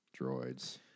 droids